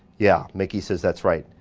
yeah, miki says that's right,